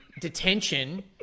detention